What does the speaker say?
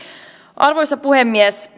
arvoisa puhemies